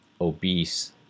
obese